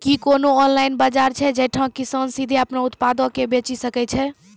कि कोनो ऑनलाइन बजार छै जैठां किसान सीधे अपनो उत्पादो के बेची सकै छै?